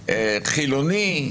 חילוני,